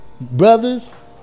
brothers